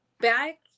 Back